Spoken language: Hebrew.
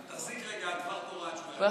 תחזיק רגע דבר תורה עד שהוא יבוא.